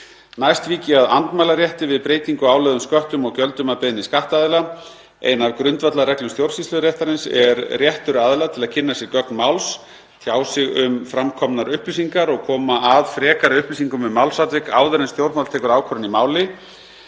Næst vík ég að andmælarétti við breytingu á álögðum sköttum og gjöldum að beiðni skattaðila. Ein af grundvallarreglum stjórnsýsluréttarins er réttur aðila til að kynna sér gögn máls, tjá sig um fram komnar upplýsingar og koma að frekari upplýsingum um málsatvik áður en stjórnvald tekur ákvörðun í máli